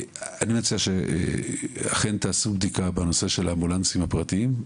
אני מציע שאכן תעשו בדיקה בנושא של האמבולנסים הפרטיים,